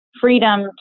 freedom